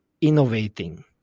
innovating